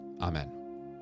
Amen